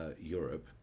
Europe